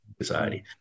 society